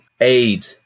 aid